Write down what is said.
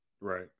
right